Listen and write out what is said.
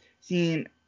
seen